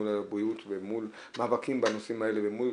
מול הבריאות ומול מאבקים בנושאים האלה ומול